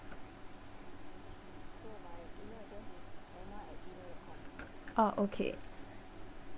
uh okay